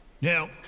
Now